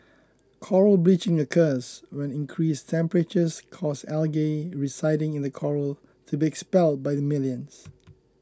coral bleaching occurs when increased temperatures cause algae residing in the coral to be expelled by the millions